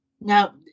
Now